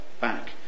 back